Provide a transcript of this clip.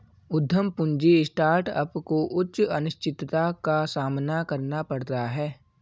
उद्यम पूंजी स्टार्टअप को उच्च अनिश्चितता का सामना करना पड़ता है